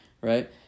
right